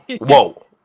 whoa